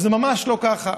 וזה ממש לא ככה.